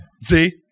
See